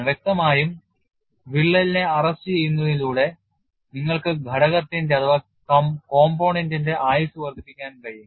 വ്യക്തമായും വിള്ളലിനെ അറസ്റ്റുചെയ്യുന്നതിലൂടെ നിങ്ങൾക്ക് ഘടകത്തിന്റെ ആയുസ്സ് വർദ്ധിപ്പിക്കാൻ കഴിയും